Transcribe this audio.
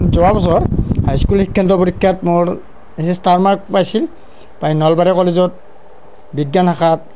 যোৱাবছৰ হাইস্কুল শিক্ষান্ত পৰীক্ষাত মোৰ সি ষ্টাৰ মাৰ্কছ পাইছিল পাই নলবাৰী কলেজত বিজ্ঞান শাখাত